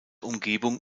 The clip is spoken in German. umgebung